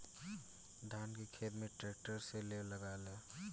धान के खेत में ट्रैक्टर से लेव लागेला